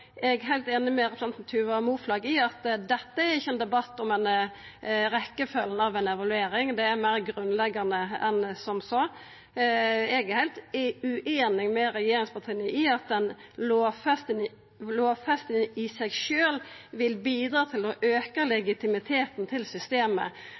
Eg er heilt einig med representanten Tuva Moflag i at dette ikkje er ein debatt om rekkjefølgja av ei evaluering, det er meir grunnleggjande enn som så. Eg er heilt ueinig med regjeringspartia i at ei lovfesting i seg sjølv vil bidra til å auka